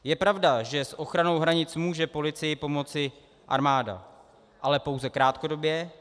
Je pravda, že s ochranou hranic může policii pomoci armáda, ale pouze krátkodobě.